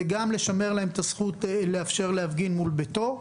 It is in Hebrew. וגם לשמר להם את הזכות לאפשר להפגין מול ביתו.